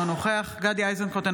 אינו נוכח גדי איזנקוט,